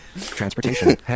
Transportation